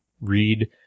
read